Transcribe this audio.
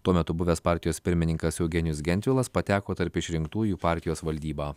tuo metu buvęs partijos pirmininkas eugenijus gentvilas pateko tarp išrinktųjų partijos valdyba